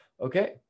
okay